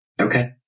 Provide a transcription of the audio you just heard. Okay